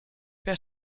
wer